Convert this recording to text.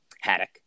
Haddock